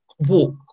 walk